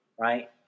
right